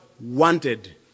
wanted